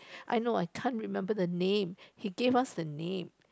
I know I can't remember the name he gave us the name